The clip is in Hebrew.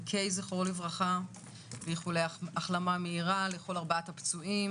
אלי קיי זכרונו לברכה ואיחולי החלמה מהירה לכל ארבעת הפצועים